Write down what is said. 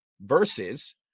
Versus